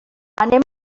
anem